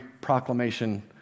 proclamation